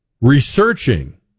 researching